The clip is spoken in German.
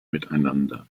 miteinander